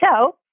So-